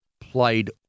played